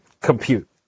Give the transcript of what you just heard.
compute